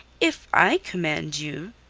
if i command you.